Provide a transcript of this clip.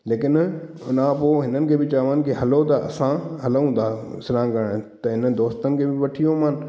लेकिन हिन खां पोइ हिननि खे बि चयोमानि की हलो त असां हलूं था सनानु करणु त हिन दोस्तनि खे वठी वियोमानि